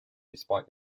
despite